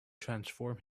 transform